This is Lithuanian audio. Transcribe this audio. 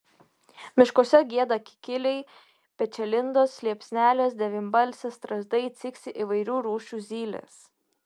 miškuose gieda kikiliai pečialindos liepsnelės devynbalsės strazdai ciksi įvairių rūšių zylės